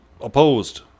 opposed